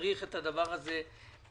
צריך את הדבר הזה להסדיר.